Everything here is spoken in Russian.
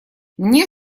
мне